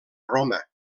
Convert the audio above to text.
roma